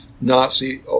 Nazi